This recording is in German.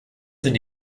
sind